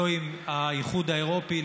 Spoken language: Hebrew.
לא עם האיחוד האירופי,